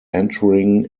entering